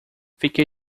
fiquei